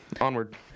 Onward